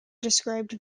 described